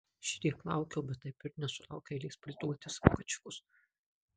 šitiek laukiau bet taip ir nesulaukiau eilės priduoti savo kačiukus